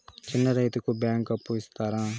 చిన్న రైతుకు బ్యాంకు అప్పు ఇస్తారా?